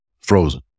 frozen